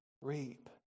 reap